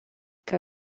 que